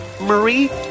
Marie